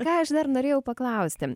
ką aš dar norėjau paklausti